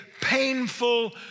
painful